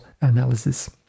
analysis